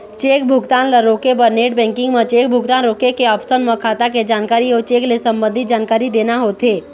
cheque भुगतान ल रोके बर नेट बेंकिंग म चेक भुगतान रोके के ऑप्सन म खाता के जानकारी अउ चेक ले संबंधित जानकारी देना होथे